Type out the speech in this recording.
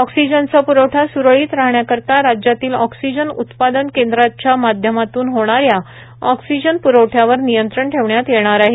ऑक्सीजनचा प्रवठा सुरळीत राहण्याकरीता राज्यातील ऑक्सीजन उत्पादन केंद्रांच्या माध्यमातून होणाऱ्या ऑक्सीजन प्रवठ्यावर नियंत्रण ठेवण्यात येणार आहे